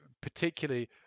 particularly